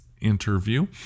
Interview